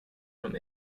from